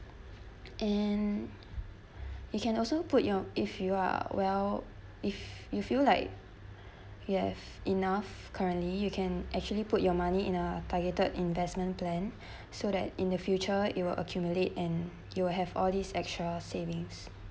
and you can also put your if you are well if you feel like you have enough currently you can actually put your money in a targeted investment plan so that in the future it will accumulate and you will have all these extra savings